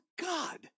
God